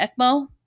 ECMO